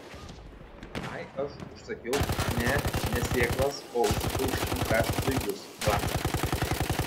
ai aš užsakiau ne ne sėklas o užsakiau šitų braškių daigus va